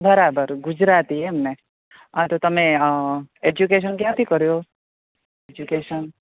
બરાબર ગુજરાતી એમ ને હા તો તમે એજ્યુકેશન ક્યાંથી કર્યું એજ્યુકેશન